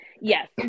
yes